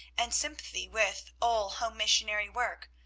and sympathy with, all home missionary work.